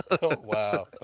Wow